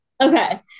okay